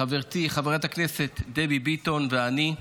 חברתי חברת הכנסת דבי ביטון ואני.